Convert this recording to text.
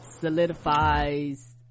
solidifies